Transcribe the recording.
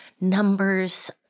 numbers